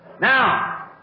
Now